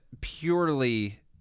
purely